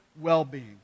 well-being